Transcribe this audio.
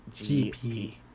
GP